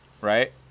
Right